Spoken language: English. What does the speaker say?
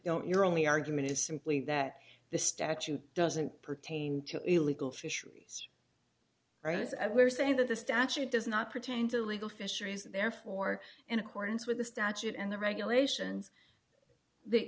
don't your only argument is simply that the statute doesn't pertain to illegal fisheries rights and we're saying that the statute does not pertain to legal fisheries and therefore in accordance with the statute and the regulations the